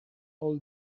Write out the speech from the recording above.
all